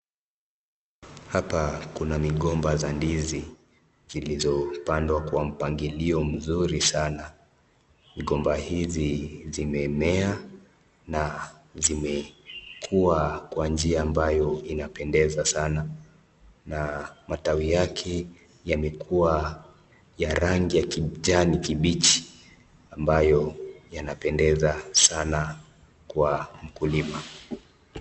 Hapa kuna migomba za ndizi zilizopandwa kwa mpangilio mzuri sana. Migomba hizi zimemea na zimekua kwa njia ambayo inapendeza sana na matawi yake yamekuwa ya rangi ya kijani kibichi ambayo yanapendeza sana kwa ukulima.